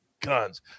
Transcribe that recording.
guns